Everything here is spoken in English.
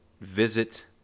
visit